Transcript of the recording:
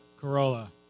Corolla